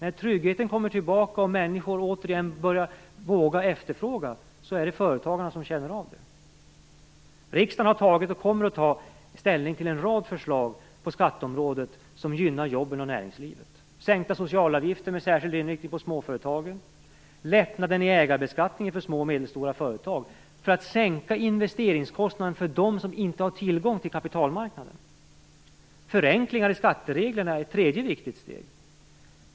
När tryggheten kommer tillbaka och människor åter börjar våga efterfråga, så är det företagarna som känner av det. Riksdagen har tagit, och kommer att ta ställning till en rad förslag på skatteområdet som gynnar jobben och näringslivet. Det handlar t.ex. om sänkta socialavgifter med särskild inriktning på småföretagen och lättnad i ägarbeskattningen för små och medelstora företag för att sänka investeringskostnaden för dem som inte har tillgång till kapitalmarknaden. Förenklingar i skattereglerna är ett tredje viktigt steg.